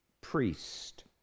priest